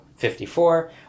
54